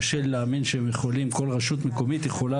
קשה לי להאמין שכל רשות מקומית יכולה